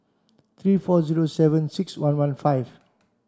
three four zero seven six one one five